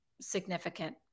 significant